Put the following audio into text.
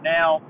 Now